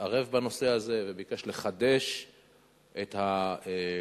התערב בנושא הזה וביקש לחדש את הנטיעות,